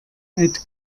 eid